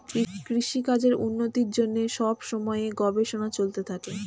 কৃষিকাজের উন্নতির জন্যে সব সময়ে গবেষণা চলতে থাকে